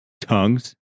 Tongues